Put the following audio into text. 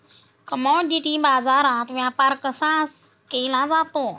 Commodity बाजारात व्यापार कसा केला जातो?